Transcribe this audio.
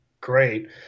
great